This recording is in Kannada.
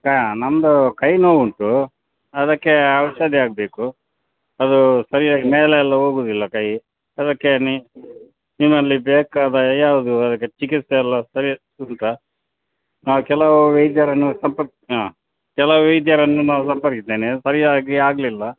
ಹಾಂ ನಮ್ಮದು ಕೈ ನೋವು ಉಂಟು ಅದಕ್ಕೆ ಔಷಧಿ ಆಗಬೇಕು ಅದು ಸರಿಯಾಗಿ ಮೇಲೆ ಎಲ್ಲ ಹೋಗೋದಿಲ್ಲ ಕೈ ಅದಕ್ಕೆ ನೀವಲ್ಲಿ ಬೇಕಾದ ಯಾವುದು ಅದಕ್ಕೆ ಚಿಕಿತ್ಸೆ ಎಲ್ಲ ಸರಿ ಉಂಟಾ ಹಾಂ ಕೆಲವು ವೈದ್ಯರನ್ನು ಸಂಪರ್ ಹಾಂ ಕೆಲವು ವೈದ್ಯರನ್ನು ನಾನು ಸಂಪರ್ಕಿಸಿದ್ದೇನೆ ಸರಿಯಾಗಿ ಆಗಲಿಲ್ಲ